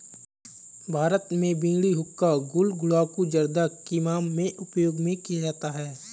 भारत में बीड़ी हुक्का गुल गुड़ाकु जर्दा किमाम में उपयोग में किया जाता है